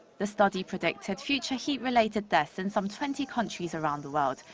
the study predicted future heat-related deaths in some twenty countries around the world,